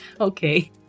Okay